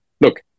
look